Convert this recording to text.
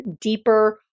deeper